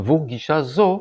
עבור גישה זו,